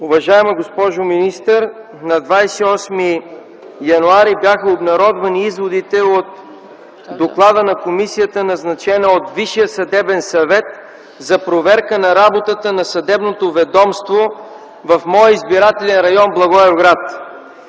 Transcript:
Уважаема госпожо министър, на 28 януари бяха обнародвани изводите от доклада на комисията, назначена от Висшия съдебен съвет за проверка на работата на съдебното ведомство в моя избирателен район – Благоевград.